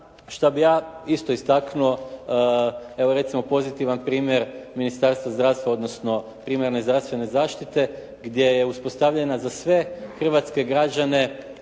šta bih ja isto istaknuo, evo recimo pozitivan primjer Ministarstva zdravstva odnosno primarne zdravstvene zaštite gdje je uspostavljena za sve hrvatske građane